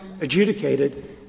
adjudicated